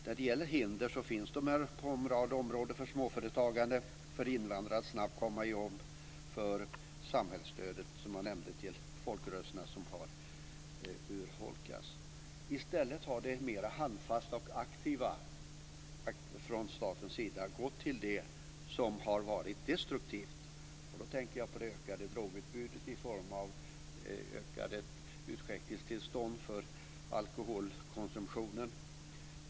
När det gäller hinder så finns de på en rad områden för småföretagande, för invandrare att snabbt få jobb och för samhällsstödet, som jag nämnde, till folkrörelserna, som har urholkats. I stället har det mera handfasta och aktiva från statens sida gått till det som har varit destruktivt, och då tänker jag på det ökade drogutbudet i form av ökade utskänkningstillstånd för alkoholkonsumtionen.